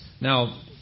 Now